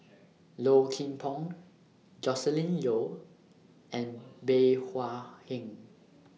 Low Kim Pong Joscelin Yeo and Bey Hua Heng